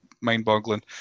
mind-boggling